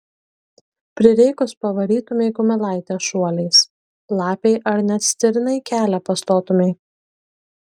prireikus pavarytumei kumelaitę šuoliais lapei ar net stirnai kelią pastotumei